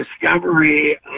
discovery